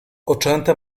oczęta